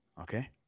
Okay